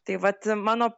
tai vat mano